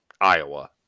Iowa